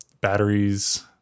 batteries